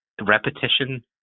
repetition